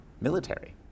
military